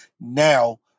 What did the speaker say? now